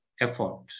effort